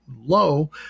low